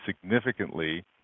significantly